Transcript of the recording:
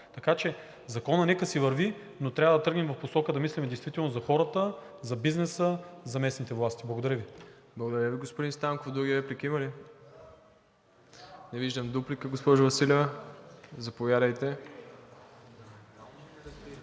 Така че Законът нека си върви, но трябва да тръгнем в посока да мислим действително за хората, за бизнеса, за местните власти. Благодаря Ви. ПРЕДСЕДАТЕЛ МИРОСЛАВ ИВАНОВ: Благодаря Ви, господин Станков. Други реплики има ли? Не виждам. Дуплика, госпожо Василева. Заповядайте.